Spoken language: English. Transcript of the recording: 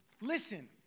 Listen